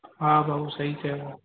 हा भाउ सही चयो अथव